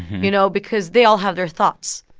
you know, because they all have their thoughts.